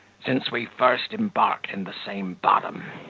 since we first embarked in the same bottom.